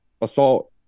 assault